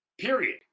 Period